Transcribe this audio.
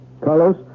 Carlos